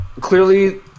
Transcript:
clearly